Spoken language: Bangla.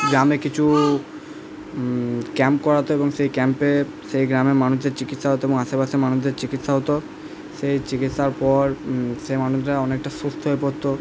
গ্রামে কিছু ক্যাম্প করাতো এবং সেই ক্যাম্পে সেই গ্রামের মানুষদের চিকিৎসা হতো এবং আশেপাশে মানুষদের চিকিৎসা হতো সেই চিকিৎসার পর পর সেই মানুষরা অনেকটা সুস্থ হয়ে পড়তো